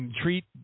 treat